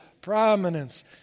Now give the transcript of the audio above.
prominence